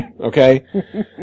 okay